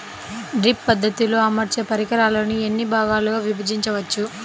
Drip పద్ధతిలో అమర్చే పరికరాలను ఎన్ని భాగాలుగా విభజించవచ్చు?